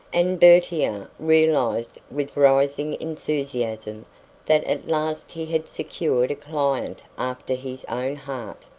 and bertier realized with rising enthusiasm that at last he had secured a client after his own heart.